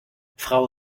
frau